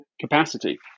capacity